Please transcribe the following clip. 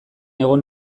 egon